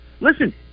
Listen